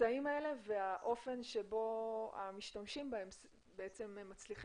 האמצעים האלה והאופן בו המשתמשים בהם מצליחים